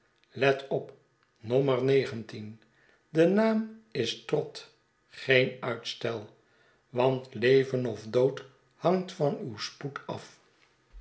blijken letop nommer negentien de naam is trott geen uitstel want leven of dood hangt van uw spoed af